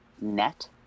net